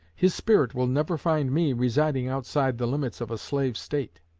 his spirit will never find me residing outside the limits of a slave state.